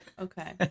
Okay